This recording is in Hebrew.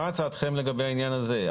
מה הצעתכם לגבי העניין הזה?